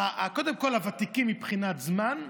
קודם כול, הוותיקים מבחינת זמן,